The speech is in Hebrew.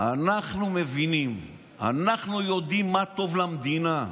אנחנו מבינים, אנחנו יודעים מה טוב למדינה,